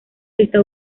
está